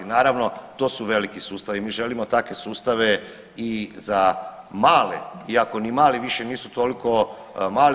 Naravno to su veliki sustavi i mi želimo takve sustave i za male, iako ni mali više nisu toliko mali.